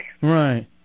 Right